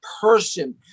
person